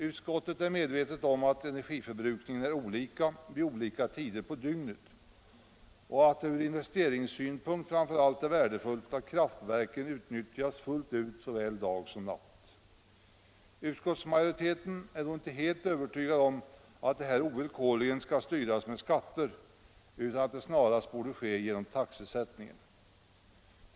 Utskottet är medvetet om att energiförbrukningen är olika vid olika tider på dygnet och att det framför allt från investeringssynpunkt är värdefullt att kraftverken utnyttjas fullt ut såväl dag som natt. Utskottsmajoriteten är dock inte helt övertygad om att förbrukningen ovillkorligen skall styras med skatter, utan menar att det snarast borde ske genom taxesättningen.